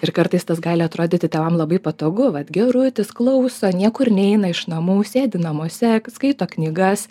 ir kartais tas gali atrodyti tėvam labai patogu vat gerutis klauso niekur neina iš namų sėdi namuose skaito knygas